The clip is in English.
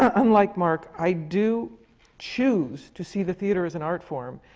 um unlike mark, i do choose to see the theatre as an art form,